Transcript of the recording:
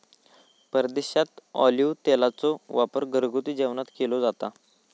परदेशात ऑलिव्ह तेलाचो वापर घरगुती जेवणात केलो जाता